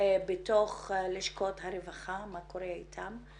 בתוך לשכות הרווחה, אז מה קורה איתם.